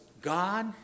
God